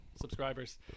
subscribers